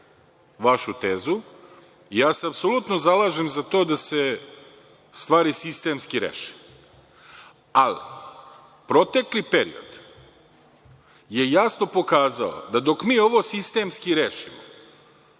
vašu tezu. Apsolutno se zalažem za to da se stvari sistemski reše, ali protekli period je jasno pokazao da dok mi ovo sistemski rešimo,